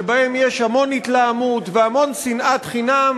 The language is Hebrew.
שבהם יש המון התלהמות והמון שנאת חינם,